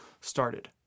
started